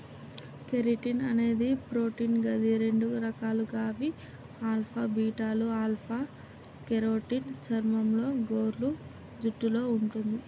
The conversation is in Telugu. కెరటిన్ అనేది ప్రోటీన్ గది రెండు రకాలు గవి ఆల్ఫా, బీటాలు ఆల్ఫ కెరోటిన్ చర్మంలో, గోర్లు, జుట్టులో వుంటది